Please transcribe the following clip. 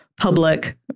public